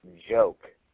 joke